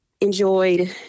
enjoyed